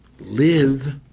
Live